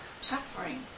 Suffering